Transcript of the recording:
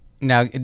now